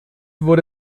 wurde